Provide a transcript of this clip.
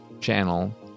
channel